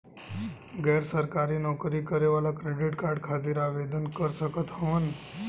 गैर सरकारी नौकरी करें वाला क्रेडिट कार्ड खातिर आवेदन कर सकत हवन?